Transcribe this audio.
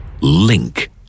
Link